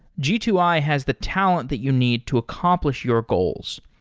g two i has the talent that you need to accomplish your goals.